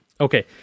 okay